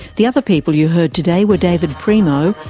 the other people you heard today were david primo,